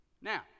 Now